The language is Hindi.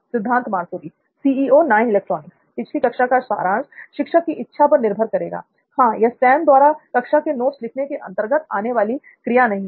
सिद्धार्थ मातुरी पिछली कक्षा का सारांश शिक्षक की इच्छा पर निर्भर करेगा हां यह सैम द्वारा कक्षा में नोट्स लिखने के अंतर्गत आने वाली क्रिया नहीं है